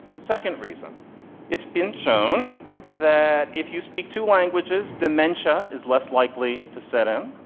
second reason it's been shown that if you speak two languages, dementia is less likely to set in,